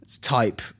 type